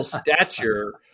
stature